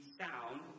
sound